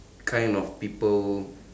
kind of people